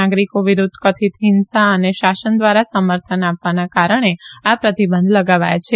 નાગરિકો વિરુદ્ધ કથિત હિંસા અને શાસન દ્વારા સમર્થ આપવાના કારણે આ પ્રતિબંધ લગાવાયા છે